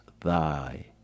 thy